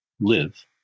live